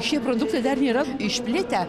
šie produktai dar yra išplitę